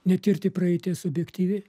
netirti praeities objektyviai